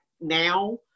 now